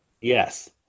Yes